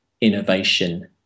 innovation